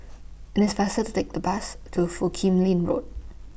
This faster to Take The Bus to Foo Kim Lin Road